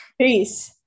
peace